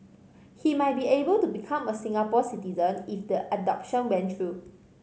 he might be able to become a Singapore citizen if the adoption went through